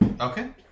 Okay